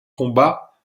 combat